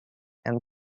and